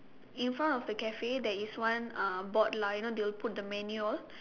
in front of the cafe there is one uh board lah you know they will put the menu all